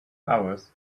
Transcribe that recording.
hours